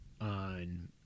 on